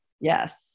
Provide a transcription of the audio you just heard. Yes